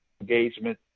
engagement